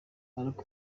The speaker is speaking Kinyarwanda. maroc